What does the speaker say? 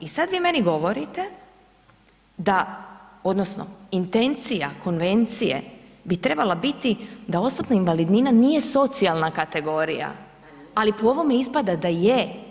I sad vi meni govorite da odnosno intencija konvencije bi trebala biti da osobna invalidnina nije socijalna kategorija, ali po ovome ispada da je.